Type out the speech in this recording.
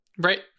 Right